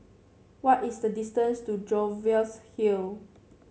what is the distance to Jervois Hill